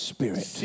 Spirit